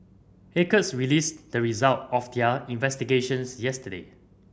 acres released the result of their investigations yesterday